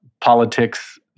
politics